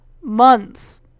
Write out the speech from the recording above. months